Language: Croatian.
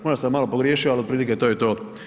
Možda sam malo pogriješio, ali otprilike to je to.